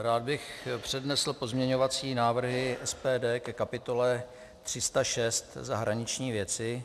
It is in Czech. Rád bych přednesl pozměňovací návrhy SPD ke kapitole 306 Zahraniční věci.